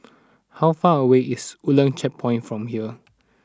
how far away is Woodlands Checkpoint from here